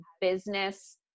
business